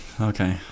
Okay